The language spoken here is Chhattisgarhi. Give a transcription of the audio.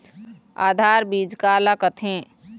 आधार बीज का ला कथें?